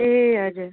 ए हजुर